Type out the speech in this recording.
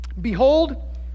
behold